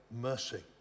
mercy